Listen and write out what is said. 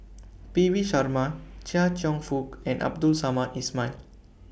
P V Sharma Chia Cheong Fook and Abdul Samad Ismail